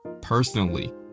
personally